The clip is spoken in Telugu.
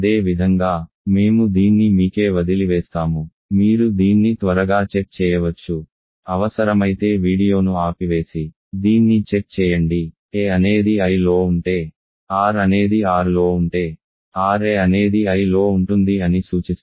అదే విధంగా మేము దీన్ని మీకే వదిలివేస్తాము మీరు దీన్ని త్వరగా చెక్ చేయవచ్చు అవసరమైతే వీడియోను ఆపివేసి దీన్ని చెక్ చేయండి a అనేది I లో ఉంటే r అనేది R లో ఉంటే ra అనేది Iలో ఉంటుంది సూచిస్తుంది